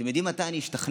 אתם יודעים מתי אני אשתכנע?